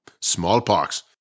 smallpox